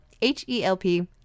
H-E-L-P